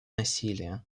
насилие